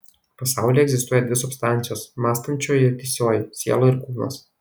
pasaulyje egzistuoja dvi substancijos mąstančioji ir tįsioji siela ir kūnas